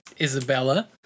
Isabella